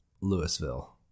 Louisville